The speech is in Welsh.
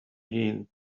hun